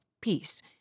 peace